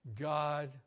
God